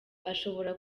ashobora